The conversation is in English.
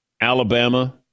Alabama